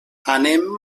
anem